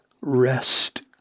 rest